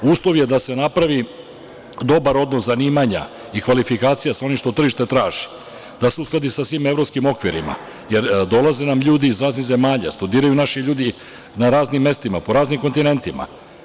Uslov je da se napravi dobar odnos zanimanja i kvalifikacija sa onim što tržište traži, da se uskladi sa svim evropskim okvirima, jer dolaze nam ljudi iz raznih zemalja, studiraju naši ljudi na raznim mestima, po raznim kontinentima.